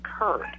occurred